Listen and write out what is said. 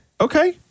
Okay